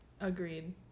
agreed